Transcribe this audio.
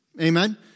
Amen